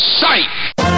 sight